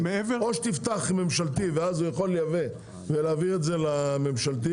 או שתפתח ממשלתי ואז הוא יכול לייבא ולהעביר את זה לממשלתי,